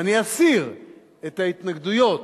ואני אסיר את ההתנגדויות